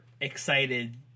excited